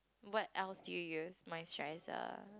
what else do you use moisturiser